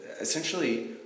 essentially